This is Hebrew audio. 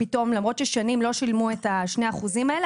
למרות ששנים לא שילמו את ה-2% האלה,